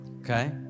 Okay